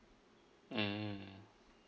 mm